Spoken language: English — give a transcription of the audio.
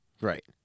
Right